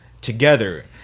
together